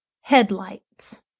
Headlights